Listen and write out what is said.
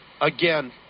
again